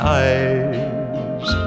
eyes